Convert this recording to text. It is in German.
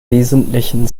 wesentlichen